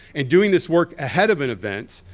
and doing this work ahead of an event,